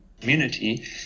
community